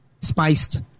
spiced